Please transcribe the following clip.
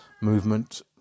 movement